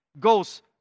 goes